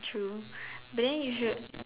true but then you should